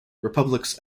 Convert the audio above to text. republics